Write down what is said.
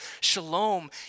Shalom